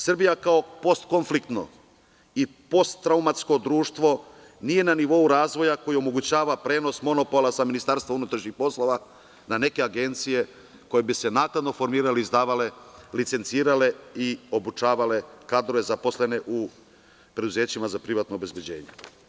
Srbija kao postkonfliktno i postraumatsko društvo nije na nivou razvoja koji omogućava prenos monopola sa MUP na neke agencije koje bi se naknadno formirale i izdavale, licencirale i obučavale kadrove zaposlene u preduzećima za privatno obezbeđenje.